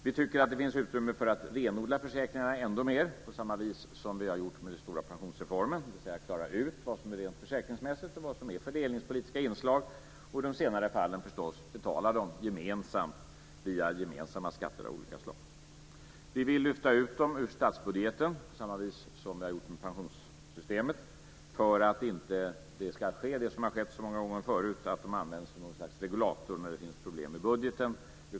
Vi tycker att det finns utrymme för att renodla försäkringarna ännu mer på samma vis som vi har gjort med den stora pensionsreformen, dvs. att klara ut vad som är rent försäkringsmässigt och vad som är fördelningspolitiska inslag och i de senare fallen förstås också betala dem gemensamt via gemensamma skatter av olika slag. Vi vill lyfta ut försäkringarna ur statsbudgeten på samma vis som vi har gjort med pensionssystemet för att inte det ska ske som har skett så många gånger förut, dvs. att de används som något slags regulator när det finns problem med budgeten.